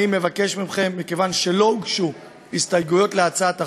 אני מבקש מכם: מכיוון שלא הוגשו הסתייגויות להצעת החוק,